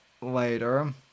later